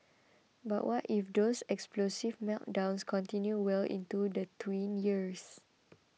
but what if those explosive meltdowns continue well into the tween years